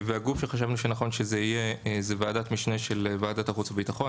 הגוף שחשבנו שנכון שיהיה זו ועדת משנה של ועדת החוץ והביטחון,